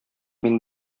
мин